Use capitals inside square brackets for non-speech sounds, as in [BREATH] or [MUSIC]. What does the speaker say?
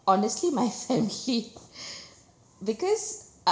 honestly my [LAUGHS] family [BREATH] because uh